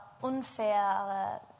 unfaire